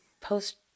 post